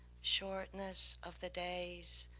shortness of the days,